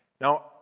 Now